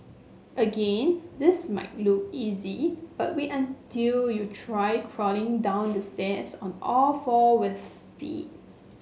again this might look easy but wait until you try crawling down the stairs on all four with speed